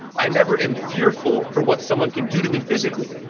i never am fearful for what someone can do to me physically.